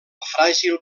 fràgil